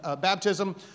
baptism